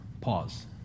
pause